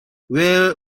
where